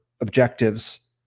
objectives